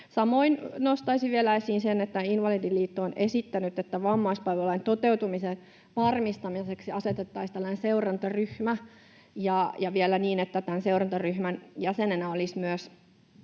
Samoin nostaisin vielä esiin sen, että Invalidiliitto on esittänyt, että vammaispalvelulain toteutumisen varmistamiseksi asetettaisiin tällainen seurantaryhmä, ja vielä niin, että seurantaryhmän jäseninä olisi myös